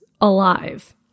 alive